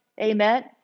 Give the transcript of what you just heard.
amen